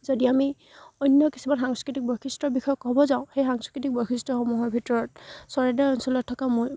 যদি আমি অন্য কিছুমান সাংস্কৃতিক বৈশিষ্টৰ বিষয়ে ক'ব যাওঁ সেই সাংস্কৃতিক বৈশিষ্ট্যসমূহৰ ভিতৰত চৰাইদেউ অঞ্চলত থকা মই